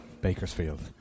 Bakersfield